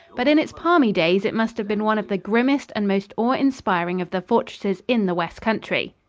but in its palmy days it must have been one of the grimmest and most awe-inspiring of the fortresses in the west country.